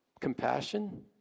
compassion